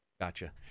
Gotcha